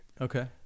okay